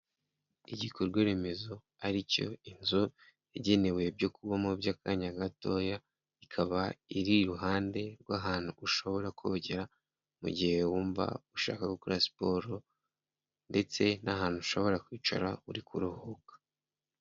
Igikorwaremezo ari cyo inzu yagenewe ibyo kubamo by'akanya gatoya ikaba iriruhande rw'ahantu ushobora kogera mu gihe wumva ushaka gukora siporo ndetse n'ahantu ushobora kwicara uri kuruhuka.